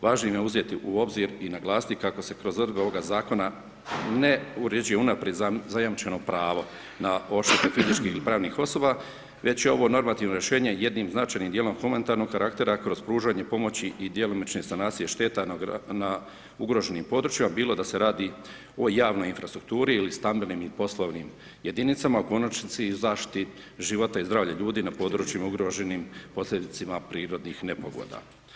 Važnim je uzeti u obzir i naglasiti kako se kroz odredbe ovoga zakona ne uređuje unaprijed zajamčeno pravo na odštetu fizičkih ili pravnih osoba već je ovo normativno rješenje jednim značajnim dijelom humanitarnog karaktera kroz pružanje pomoći i djelomične sanacije šteta na ugroženim područjima bili da se radi o javnoj infrastrukturi ili stambenim i poslovnim jedinicama, u konačnici i zaštiti života i zdravlja ljudi na područjima ugroženim posljedicama prirodnih nepogoda.